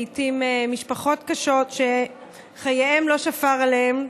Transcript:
לעיתים ממשפחות קשות שחייהן לא שפרו עליהן.